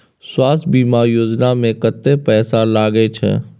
स्वास्थ बीमा योजना में कत्ते पैसा लगय छै?